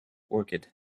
orchid